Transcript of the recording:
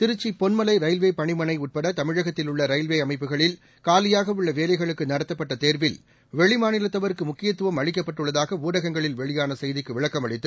Trichy Ponmalai railway பணிமனை உட்பட தமிழகத்தில் உள்ள ரயில்வே அமைப்புகளில் காலியாக உள்ள வேலைகளுக்கு நடத்தப்பட்ட தேர்வில் வெளிமாநிலத்தவருக்கு முக்கியத்துவம் அளிக்கப்பட்டுள்ளதாக ஊடகங்களில் வெளியான செய்திக்கு விளக்கமளித்து